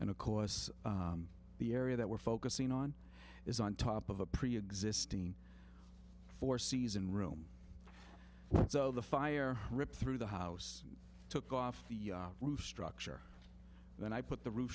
and of course the area that we're focusing on is on top of a preexisting four season room so the fire ripped through the house took off the roof structure and i put the roof